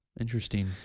Interesting